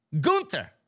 Gunther